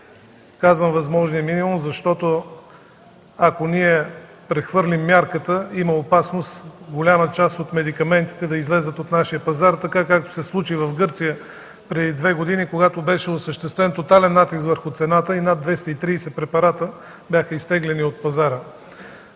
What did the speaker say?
Казвам „възможният минимум”, защото ако ние прехвърлим мярката, има опасност голяма част от медикаментите да излязат от нашия пазар, така както се случи в Гърция преди две години, когато беше осъществен тотален натиск върху цената и над 230 препарата бяха изтеглени от пазара.